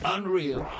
Unreal